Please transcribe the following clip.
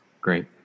Great